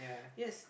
yes